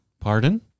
Pardon